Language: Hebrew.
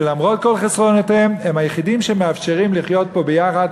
שלמרות כל חסרונותיהם הם היחידים שמאפשרים לחיות פה ביחד,